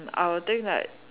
mm I will think like